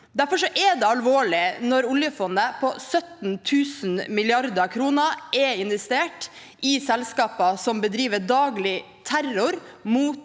Derfor er det alvorlig når oljefondet – på 17 000 mrd. kr – er investert i selskaper som bedriver daglig terror mot